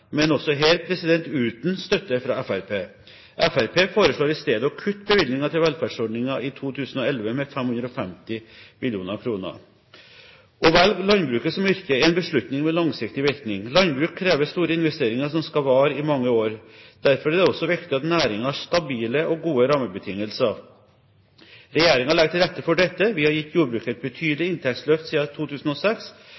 men også her uten støtte fra Fremskrittspartiet. Fremskrittspartiet foreslår i stedet å kutte bevilgningen til velferdsordninger i 2011 med 550 mill. kr. Å velge landbruket som yrke er en beslutning med langsiktig virkning. Landbruk krever store investeringer som skal vare i mange år. Derfor er det også viktig at næringen har stabile og gode rammebetingelser. Regjeringen legger til rette for dette. Vi har gitt jordbruket et